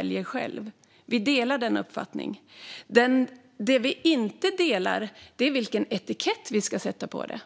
vill leva. Vi delar den uppfattningen. Det vi inte delar uppfattning om är vilken etikett vi ska sätta på detta.